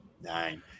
Nine